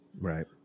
Right